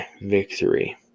victory